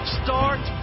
start